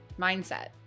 mindset